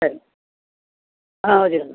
சரி ஆ வெச்சுருங்க